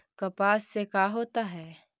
कपास से का होता है?